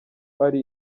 ari